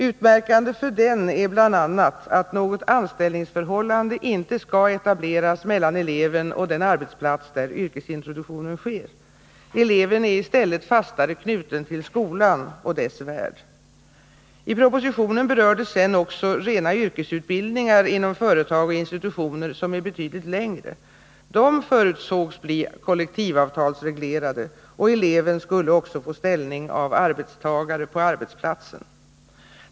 Utmärkande för den är bl.a. att något anställningsförhållande inte skall etableras mellan eleven och den arbetsplats där yrkesintroduktionen sker. Eleven är i stället fastare knuten till skolan och dess värld. I propositionen berördes också rena yrkesutbildningar inom företag och institutioner, som är betydligt längre. Dessa förutsågs bli kollektivavtalsreglerade, och eleven skulle också få ställning som arbetstagare på arbetsplatsen.